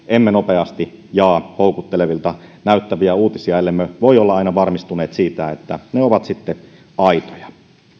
emme nopeasti jaa houkuttelevilta näyttäviä uutisia ellemme ole aina varmistuneet siitä että ne ovat sitten aitoja